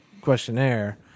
questionnaire